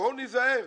בואו ניזהר.